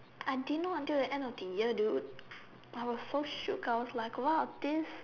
I didn't know until the end of the year dude but I was so shook I was like !wow! this